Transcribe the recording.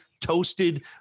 toasted